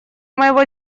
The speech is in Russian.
моего